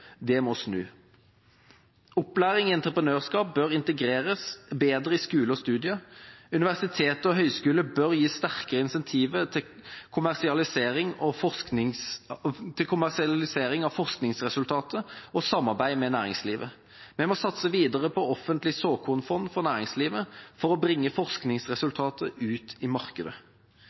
Det må snus. Opplæring i entreprenørskap bør integreres bedre i skole og studier. Universitet og høyskoler bør gi sterke incentiver til kommersialisering av forskningsresultater og samarbeid med næringslivet. Vi må satse videre på offentlige såkornfond for næringslivet for å bringe forskningsresultater ut i markedet.